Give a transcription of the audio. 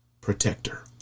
protector